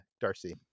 Darcy